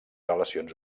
relacions